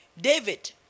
David